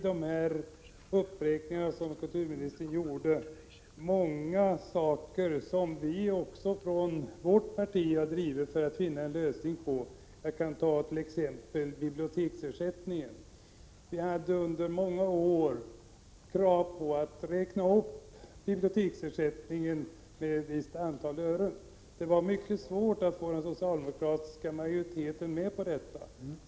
De uppräkningar som kulturministern gjorde omfattar många frågor som vi i centern också har drivit och försökt finna en lösning på. Det gäller t.ex. biblioteksersättningen. Under många år hade vi kravet på oss att räkna upp denna med ett visst antal ören. Det var mycket svårt att få den socialdemokratiska majoriteten med på detta.